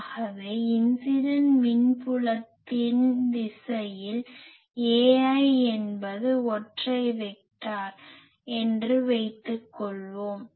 ஆகவே இன்சிடன்ட் மின் புலத்தின் திசையில் ai என்பது ஒற்றை வெக்டார் என்று வைத்துக்கொள்வோம்